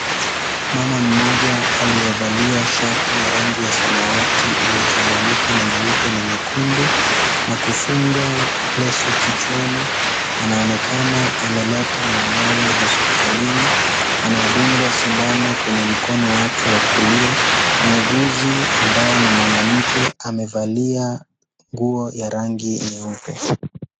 Mama moja aliyevalia shati ya rangi ya samawati iliyochanganyika na nyeupe na nyekundu na kufunga leso kichwani. Anaonekana ameleta mwanawe hospitalini anayedungwa sindano kwenye mkono wake wa kulia, mhuguzi ambaye ni mwanamke amevalia nguo ya rangi nyeupe.